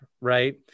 right